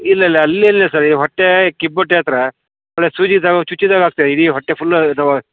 ಇಲ್ಲಿಲ್ಲ ಅಲ್ಲಿ ಅಲ್ಲ ಸರ್ ಈ ಹೊಟ್ಟೆ ಕಿಬ್ಬು ಹೊಟ್ಟೆ ಹತ್ತಿರ ಒಳ್ಳೆ ಸೂಜಿ ತಗೊಂಡು ಚುಚ್ಚಿದಾಗೆ ಆಗ್ತಿದೆ ಇಡೀ ಹೊಟ್ಟೆ ಫುಲ್ ಇದು